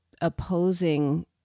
opposing